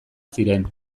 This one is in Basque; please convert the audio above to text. ziren